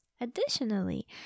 Additionally